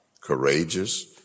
courageous